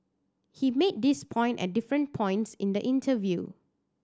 he made this point at different points in the interview